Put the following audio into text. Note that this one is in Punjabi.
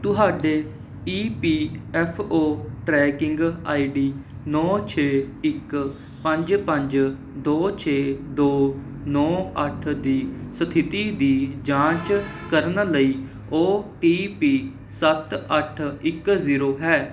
ਤੁਹਾਡੇ E P F O tracking I D ਨੌ ਛੇ ਇੱਕ ਪੰਜ ਪੰਜ ਦੋ ਛੇ ਦੋ ਨੌ ਅੱਠ ਦੀ ਸਥਿਤੀ ਦੀ ਜਾਂਚ ਕਰਨ ਲਈ ਓ ਟੀ ਪੀ ਸੱਤ ਅੱਠ ਇਕ ਜ਼ੀਰੋ ਹੈ